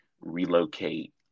relocate